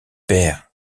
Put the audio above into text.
père